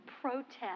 protest